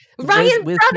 Ryan